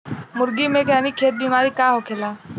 मुर्गी में रानीखेत बिमारी का होखेला?